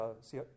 see